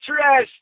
trash